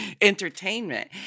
entertainment